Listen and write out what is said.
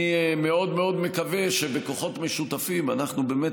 ואני מאוד מאוד מקווה שבכוחות משותפים אנחנו באמת